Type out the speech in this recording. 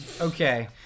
Okay